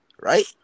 right